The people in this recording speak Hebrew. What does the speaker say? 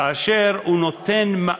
כאשר הוא נותן,